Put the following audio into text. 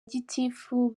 gitifu